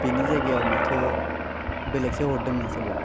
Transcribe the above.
बेनि जायगायाव माथो बेलेगसो हरदों नोंसोरो